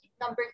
Number